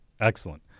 Excellent